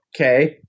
Okay